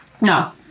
No